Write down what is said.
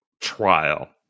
trial